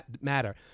matter